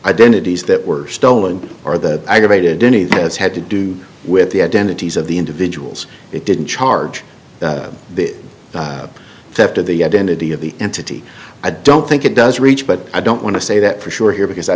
identities that were stolen or that aggravated any that's had to do with the identities of the individuals it didn't charge the theft of the identity of the entity i don't think it does reach but i don't want to say that for sure because i